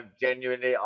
genuinely